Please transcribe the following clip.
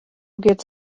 gets